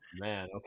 man